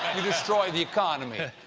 you destroy the economy.